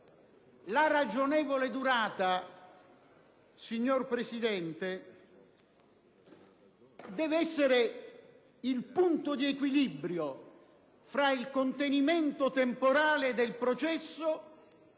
La ragionevole durata, signora Presidente, deve essere il punto di equilibrio fra il contenimento temporale del processo